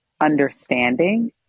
understanding